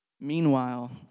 Meanwhile